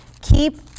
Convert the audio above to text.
Keep